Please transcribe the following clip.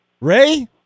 Ray